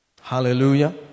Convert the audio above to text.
Hallelujah